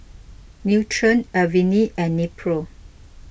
Nutren Avene and Nepro